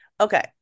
Okay